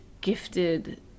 gifted